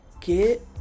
Get